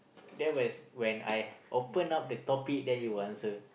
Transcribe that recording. then where's when I open up the topic then you answer